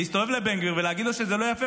להסתובב לבן גביר ולהגיד לו שזה לא יפה,